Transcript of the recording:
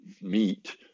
meet